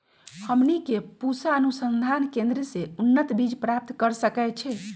हमनी के पूसा अनुसंधान केंद्र से उन्नत बीज प्राप्त कर सकैछे?